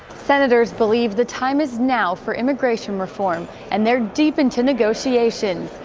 senators believe the time is now for immigration reform, and they're deep into negotiations.